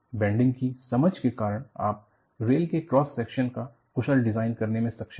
bending की समझ के कारण आप रेल के क्रॉस सेक्शन का कुशल डिज़ाइन करने में सक्षम हैं